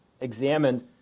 examined